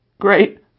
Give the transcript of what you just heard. great